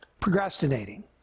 procrastinating